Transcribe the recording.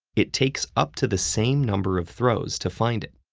it takes up to the same number of throws to find it.